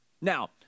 Now